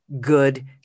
good